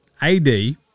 AD